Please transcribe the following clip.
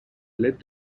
led